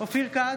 אופיר כץ,